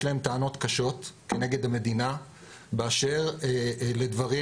להם טענות קשות כנגד המדינה באשר לדברים